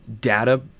data